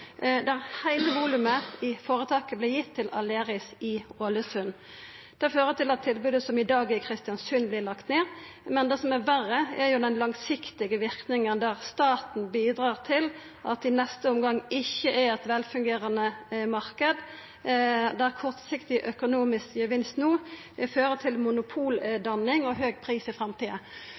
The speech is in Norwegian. der heile volumet i føretaket vart gitt til Aleris i Ålesund. Det fører til at tilbodet som i dag er i Kristiansund, vert lagt ned. Men det som er verre, er den langsiktige verknaden der staten bidreg til at det i neste omgang ikkje er ein velfungerande marknad, og der kortsiktig økonomisk gevinst no vil føra til at det vert danna monopol og høg pris i framtida.